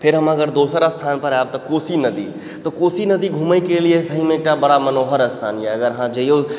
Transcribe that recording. फेर अगर हम दोसर स्थानपर आएब तऽ कोशी नदी तऽ कोशी नदी घुमैके लिए सहीमे एकटा बड़ा मनोहर स्थान यऽ अहाँ जइयौ